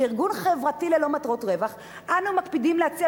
כארגון חברתי ללא מטרות רווח אנו מקפידים להציע